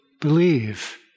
believe